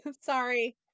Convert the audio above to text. Sorry